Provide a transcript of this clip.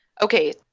okay